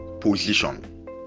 position